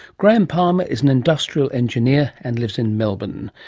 graham palmer is an industrial engineer and lives in melbourne.